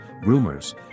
rumors